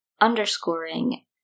underscoring